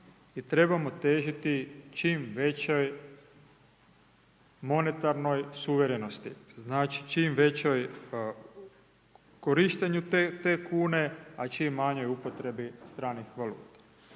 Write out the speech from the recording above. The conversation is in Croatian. trebamo težiti čim većoj monetarnoj suverenosti, znači, čim većoj korištenju te kune, a čim manjoj upotrebi stranih valuta.